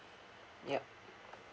yup